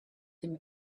him